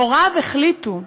הוריו החליטו,